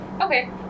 okay